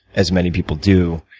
as many people do,